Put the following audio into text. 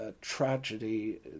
tragedy